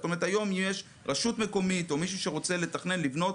היום יש רשות מקומית או מישהו שרוצה לתכנן או לבנות,